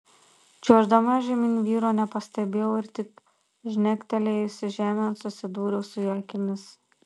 čiuoždama žemyn vyro nepastebėjau ir tik žnektelėjusi žemėn susidūriau su jo akimis